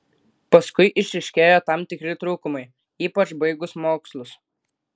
paskui išryškėjo tam tikri trūkumai ypač baigus mokslus